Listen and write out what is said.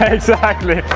exactly!